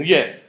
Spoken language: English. Yes